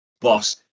boss